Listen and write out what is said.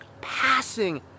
passing